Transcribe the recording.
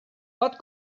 pot